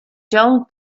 young